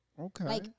Okay